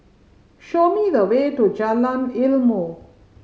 show me the way to Jalan Ilmu